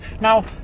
Now